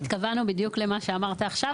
התכוונו בדיוק למה שאמרת עכשיו.